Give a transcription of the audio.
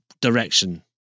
direction